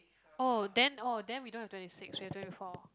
oh then oh then we don't have twenty six we have twenty four